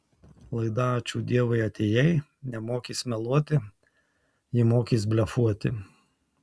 laida ačiū dievui atėjai nemokys meluoti ji mokys blefuoti